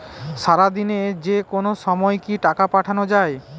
সারাদিনে যেকোনো সময় কি টাকা পাঠানো য়ায়?